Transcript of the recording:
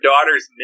daughter's